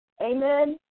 amen